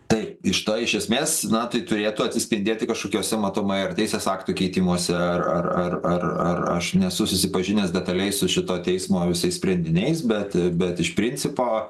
tai iš to iš esmės na tai turėtų atsispindėti kažkokiuose matomai ar teisės aktai keitimuose ar ar ar ar ar aš nesu susipažinęs detaliai su šituo teismo visais sprendiniais bet bet iš principo